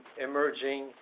emerging